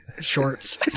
shorts